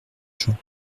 gens